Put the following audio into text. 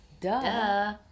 Duh